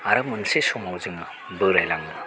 आरो मोनसे समाव जोङो बोरायलाङो